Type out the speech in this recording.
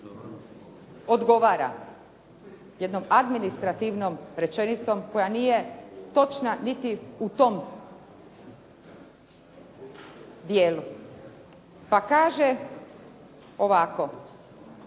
odgovora jednom administrativnom rečenicom koja nije točna niti u tom dijelu, pa kaže ovako.